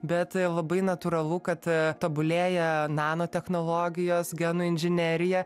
bet labai natūralu kad tobulėja nanotechnologijos genų inžinerija